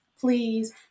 please